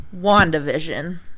WandaVision